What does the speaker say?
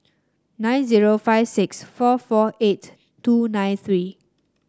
nine zero five six four four eight two nine three